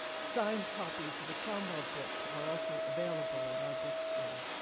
signed copies of the cromwell books are also available in our bookstore.